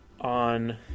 on